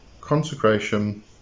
consecration